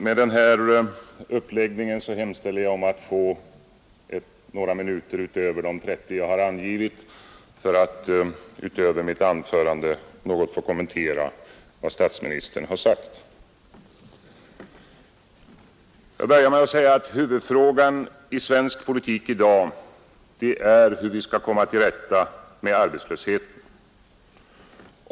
Med den här uppläggningen hemställer jag att få några minuter mer än de 30 jag har angivit för att utöver mitt anförande något kommentera vad statsministern har sagt. Jag börjar med att säga att huvudfrågan i svensk politik i dag är hur vi skall komma till rätta med arbetslösheten.